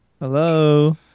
Hello